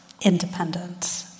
independence